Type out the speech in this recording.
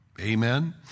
Amen